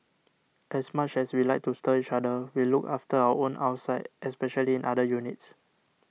as much as we like to stir each other we look after our own outside especially in other units